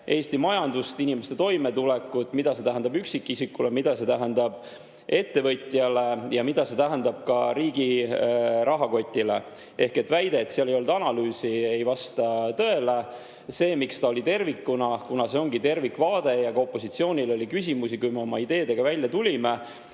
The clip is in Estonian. Eesti majandust ja inimeste toimetulekut, mida see tähendab üksikisikule, mida see tähendab ettevõtjale ja mida see tähendab riigi rahakotile. Väide, et seal ei olnud analüüsi, ei vasta tõele. Miks ta oli tervikuna? Kuna see ongi tervikvaade ja ka opositsioonil oli küsimusi, kui me oma ideedega välja tulime,